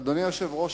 אדוני היושב-ראש,